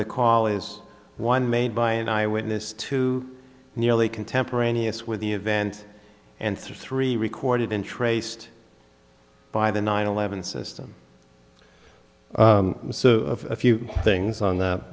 the call is one made by an eyewitness to nearly contemporaneous with the event and three recorded in traced by the nine eleven system so a few things on th